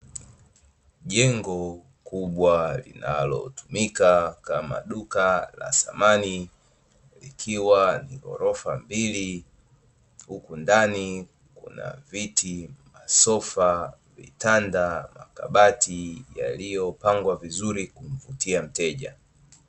Jengo kubwa linalotumika kama duka la samani likiwa ni ghorofa mbili, huku ndani kuna: viti, masofa, vitanda, makabati yaliyopangwa vizuri kumvutia mteja.